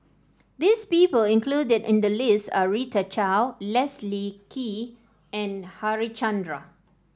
this people included in the list are Rita Chao Leslie Kee and Harichandra